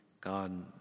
God